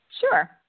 Sure